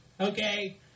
okay